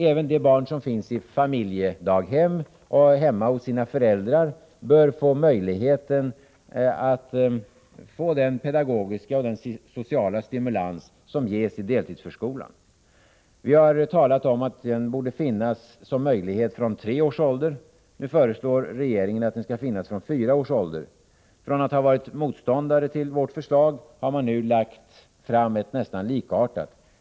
Även de barn som finns i familjedaghem eller hemma hos sina föräldrar bör få möjlighet till den pedagogiska och sociala stimulans som ges i deltidsförskolan. Vi har talat om att den möjligheten borde finnas från tre års ålder. Nu föreslår regeringen att den skall finnas från fyra års ålder. Från att ha varit motståndare till vårt förslag har man nu lagt fram ett nästan likadant.